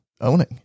owning